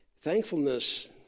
Thankfulness